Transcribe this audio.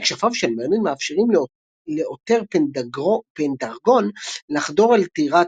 כשפיו של מרלין מאפשרים לאותר פנדרגון לחדור אל טירת